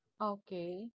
okay